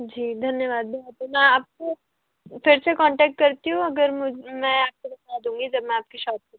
जी धन्यवाद भैया तो मैं आपको फिर से कॉन्टैक्ट करती हूँ अगर मैं आपको बता दूँगी जब मैं आपकी शॉप पर